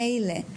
מילא.